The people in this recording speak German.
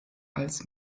als